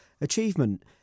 achievement